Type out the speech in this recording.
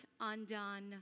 undone